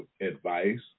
advice